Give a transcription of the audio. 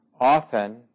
often